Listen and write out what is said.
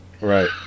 right